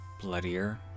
bloodier